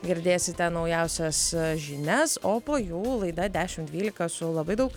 girdėsite naujausias žinias o po jų laida dešimt dvylika su labai daug